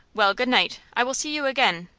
well, good-night. i will see you again.